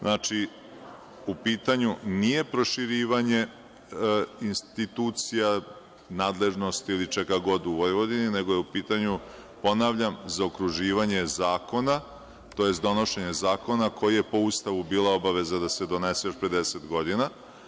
Znači, u pitanju nije proširivanje institucija, nadležnosti ili čega god u Vojvodini, nego je u pitanju, ponavljam, zaokruživanje zakona, tj, donošenje zakona koji je po Ustavu bila obaveza da se donese još pre 10 godina.